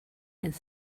and